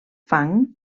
fang